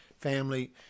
family